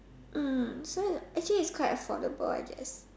mm so it's actually it's quite affordable I guess